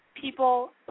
people